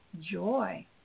joy